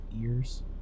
ears